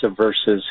versus